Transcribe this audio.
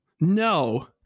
no